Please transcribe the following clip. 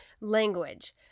language